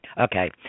Okay